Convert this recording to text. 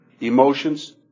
Emotions